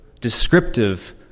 descriptive